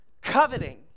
coveting